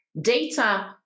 data